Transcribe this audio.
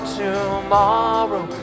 tomorrow